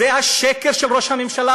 זה השקר של ראש הממשלה,